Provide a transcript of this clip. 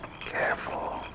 Careful